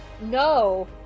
no